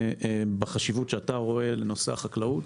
החשיבות שהצגת לגבי תפקיד החקלאות